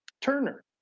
Turner